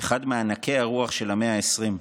אחד מענקי הרוח של המאה ה-20,